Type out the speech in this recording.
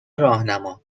راهنما